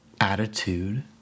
attitude